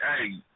Hey